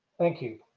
thank you.